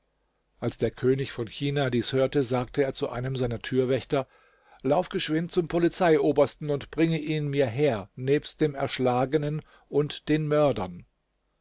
als der könig von china dies hörte sagte er zu einem seiner türwächter lauf geschwind zum polizeiobersten und bringt ihn mir her nebst dem erschlagenen und den mördern